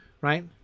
right